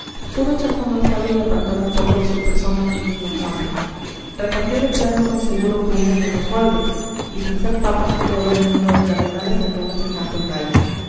pudo echar mano al sable y apartar un poco de su persona al indigno enjambre repartió de plano con seguro puño algunos golpes y sin ser papa creó gran número de cardenales en menos que canta un gallo